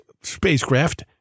spacecraft